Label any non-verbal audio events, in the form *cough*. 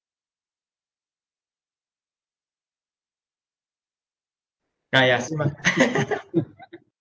ya ya same ah *laughs*